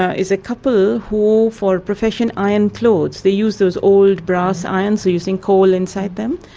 ah is a couple who for a profession, iron clothes. they use those old, brass irons, using coal inside them.